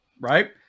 right